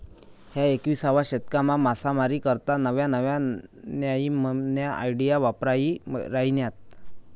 ह्या एकविसावा शतकमा मासामारी करता नव्या नव्या न्यामीन्या आयडिया वापरायी राहिन्यात